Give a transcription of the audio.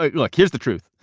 like look, here's the truth,